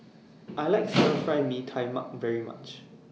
I like Stir Fry Mee Tai Mak very much